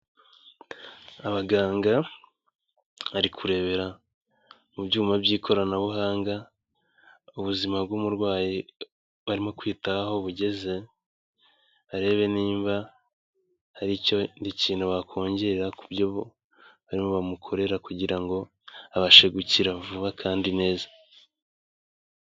Abaganga bari kurebera mu byuma by'ikoranabuhanga ubuzima bw'umurwayi barimo kwitaho aho bugeze, barebe niba hari icyo bakongera kubyo barimo bamukorera kugira ngo abashe gukira vuba kandi neza.